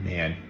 Man